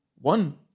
One